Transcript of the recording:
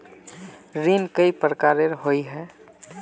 ऋण कई प्रकार होए है?